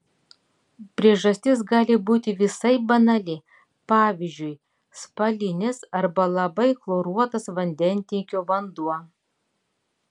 priežastis gali būti visai banali pavyzdžiui spalinės arba labai chloruotas vandentiekio vanduo